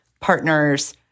partners